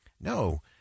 No